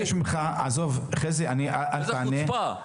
איזו חוצפה.